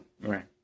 Right